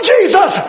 Jesus